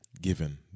given